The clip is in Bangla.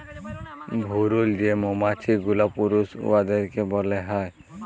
ভুরুল যে মমাছি গুলা পুরুষ উয়াদেরকে ব্যলা হ্যয়